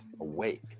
awake